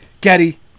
Getty